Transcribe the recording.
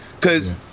Cause